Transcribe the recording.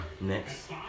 Next